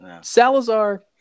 Salazar